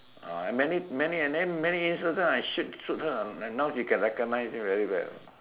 many many and then instance shoot her now she can recognise me very well